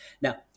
Now